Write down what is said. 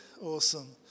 Awesome